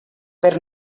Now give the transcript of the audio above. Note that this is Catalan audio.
per